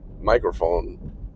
microphone